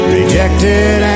Rejected